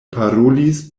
parolis